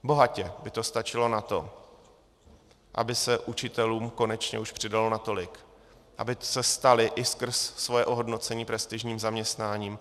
Bohatě by to stačilo na to, aby se učitelům konečně už přidalo natolik, aby se stali i skrz svoje ohodnocení prestižním zaměstnáním.